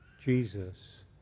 Jesus